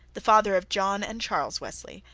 the father of john and charles wesley,